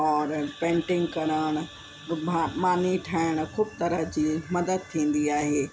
और पेंटिंग करण मानी ठाहिण ख़ूबु तरह जी मदद थींदी आहे